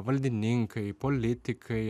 valdininkai politikai